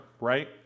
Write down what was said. right